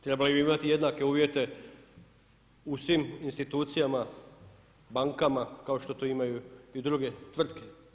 Trebali bi imati jednake uvjete u svim institucijama, bankama kao što to imaju i druge tvrtke.